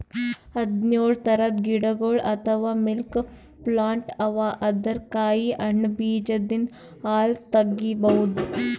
ಹದ್ದ್ನೊಳ್ ಥರದ್ ಗಿಡಗೊಳ್ ಅಥವಾ ಮಿಲ್ಕ್ ಪ್ಲಾಂಟ್ ಅವಾ ಅದರ್ ಕಾಯಿ ಹಣ್ಣ್ ಬೀಜದಿಂದ್ ಹಾಲ್ ತಗಿಬಹುದ್